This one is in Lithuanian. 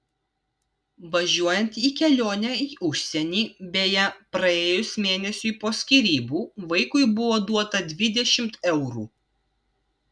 važiuojant į kelionę į užsienį beje praėjus mėnesiui po skyrybų vaikui buvo duota dvidešimt eurų